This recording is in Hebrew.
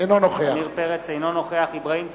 אינו נוכח אברהים צרצור,